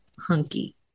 hunky